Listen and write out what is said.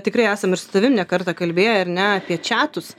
tikrai esam ir su tavim ne kartą kalbėję ar ne apie čiatus